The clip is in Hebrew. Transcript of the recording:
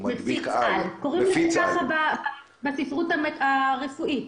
זה מונח מהספרות הרפואית.